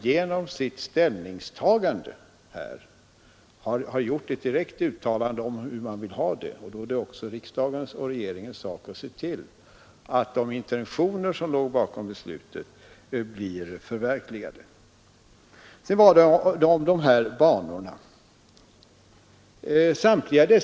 Genom sitt ställningstagande gjorde riksdagen ett direkt uttalande om hur man vill ha det, och då är det också riksdagens och regeringens sak att se till att de intentioner som ligger bakom beslutet blir förverkligade. Så några ord om de här diskuterade järnvägslinjerna.